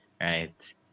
right